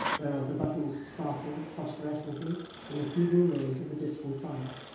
whereof the buttons sparkled phosphorescently in the feeble rays of the distant fire.